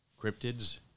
cryptids